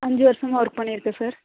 அஞ்சு வருஷமா வொர்க் பண்ணியிருக்கேன் சார்